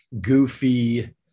goofy